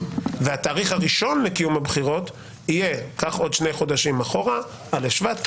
והתאריך הראשון לקיום הבחירות יהיה קח עוד שני חודשים אחורה א' שבט,